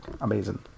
amazing